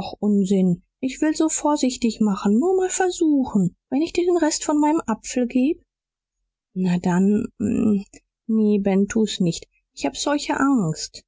o unsinn ich will's so vorsichtig machen nur mal versuchen wenn ich dir den rest von meinem apfel geb na dann ne ben tu's nicht ich hab solche angst